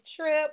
trip